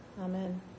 Amen